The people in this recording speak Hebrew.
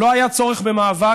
לא היה צורך במאבק,